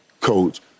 Coach